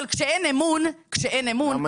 אבל כשאין אמון --- בבקשה,